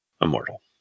immortal